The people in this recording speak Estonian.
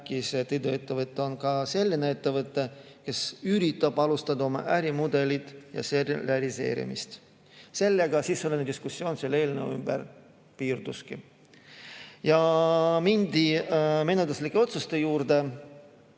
et iduettevõte on ka selline ettevõte, kes üritab alustada oma ärimudelit ja selle realiseerimist. Sellega sisuline diskussioon selle ümber piirduski ja mindi menetluslike otsuste juurde.